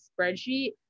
spreadsheet